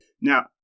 Now